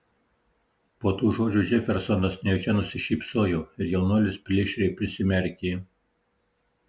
po tų žodžių džefersonas nejučia nusišypsojo ir jaunuolis plėšriai prisimerkė